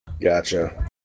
Gotcha